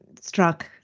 struck